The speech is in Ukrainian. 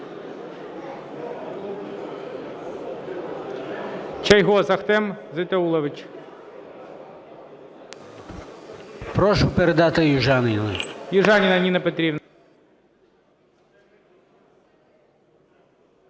Прошу передати Южаніній.